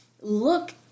look